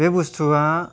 बे बुस्थुवा